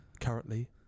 currently